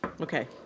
Okay